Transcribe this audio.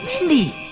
mindy.